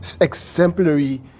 Exemplary